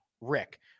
Rick